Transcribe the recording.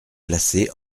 placé